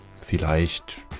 Vielleicht